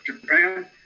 Japan